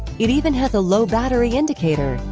it even has a low battery indicator,